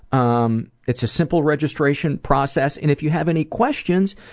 um it's a simple registration process and if you have any questions,